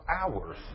hours